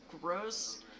gross